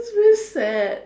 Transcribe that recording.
very sad